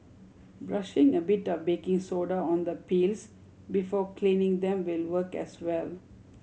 brushing a bit of baking soda on the peels before cleaning them will work as well